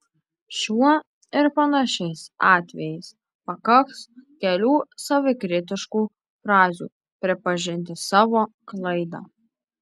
šiuo ir panašiais atvejais pakaks kelių savikritiškų frazių pripažinti savo klaidą